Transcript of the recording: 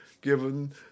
given